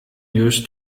used